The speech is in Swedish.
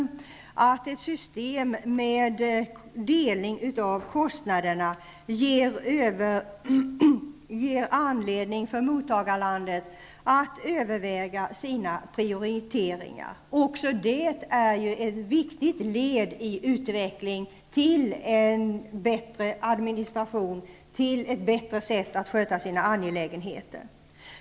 Vi har funnit att ett system med delning av kostnaderna ger anledning för mottagarlandet att överväga sina prioriteringar. Det är ju också ett viktigt led i utvecklingen till en bättre administration och ett bättre sätt att sköta sina angelägenheter.